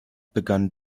begann